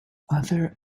other